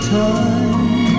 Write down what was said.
time